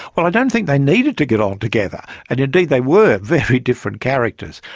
well i don't think they needed to get on together. and indeed, they were very different characters.